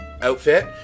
outfit